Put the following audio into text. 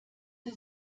sie